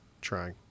trying